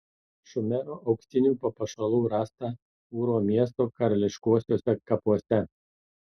šumerų auksinių papuošalų rasta ūro miesto karališkuosiuose kapuose